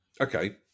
Okay